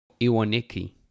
Iwaniki